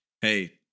Hey